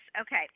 okay